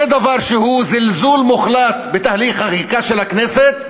זה דבר שהוא זלזול מוחלט בתהליך החקיקה של הכנסת,